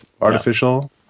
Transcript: artificial